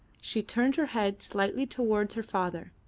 she turned her head slightly towards her father,